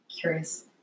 curious